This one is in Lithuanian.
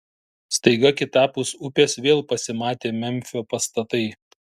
staiga kitapus upės vėl pasimatė memfio pastatai